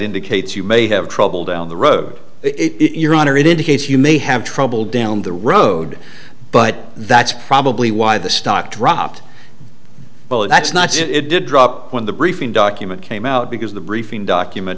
indicates you may have trouble down the road it your honor it indicates you may have trouble down the road but that's probably why the stock dropped well that's not it did drop when the briefing document came out because the briefing document